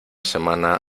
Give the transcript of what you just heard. semana